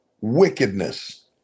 wickedness